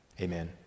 amen